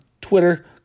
Twitter